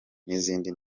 n’izindi